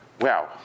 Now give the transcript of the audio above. wow